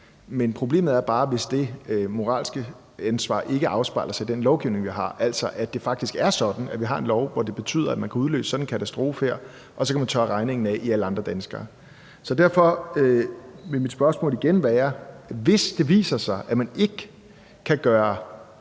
men problemet er bare, hvis det moralske ansvar ikke afspejler sig i den lovgivning, vi har, altså at det faktisk er sådan, at vi har en lov, som betyder, at man kan udløse sådan en katastrofe her og så tørre regningen af på alle andre danskere. Derfor vil mit spørgsmål igen være: Hvis det viser sig, at man ikke kan gøre